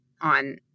on